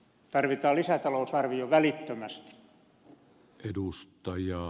tarvitaan lisätalousarvio välittömästi